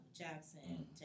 Jackson